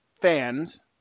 fans